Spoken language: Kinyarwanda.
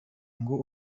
ngo